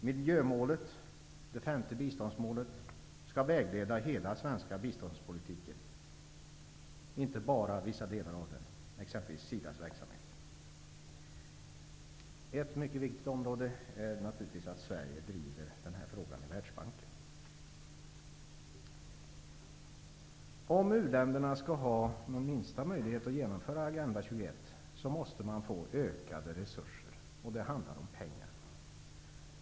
Miljömålet, det femte biståndsmålet, skall vägleda hela den svenska biståndspolitiken, inte bara vissa delar av den, exempelvis SIDA:s verksamhet. Mycket viktigt är naturligtvis att Sverige driver den här frågan i Världsbanken. Om u-länderna skall ha någon minsta möjlighet att genomföra Agenda 21 måste de få ökade resurser. Det handlar om pengar.